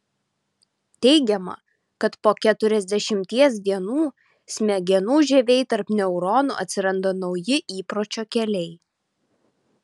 teigiama kad po keturiasdešimties dienų smegenų žievėj tarp neuronų atsiranda nauji įpročio keliai